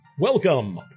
Welcome